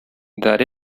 that